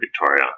Victoria